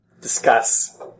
Discuss